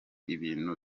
ibintu